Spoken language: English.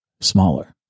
smaller